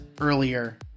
earlier